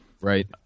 right